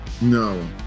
No